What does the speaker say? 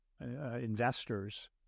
investors